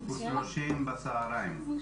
5.9 אחוזים הם ראשי רשויות שהן אישה,